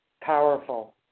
powerful